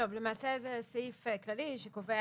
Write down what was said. למעשה זה סעיף כללי שקובע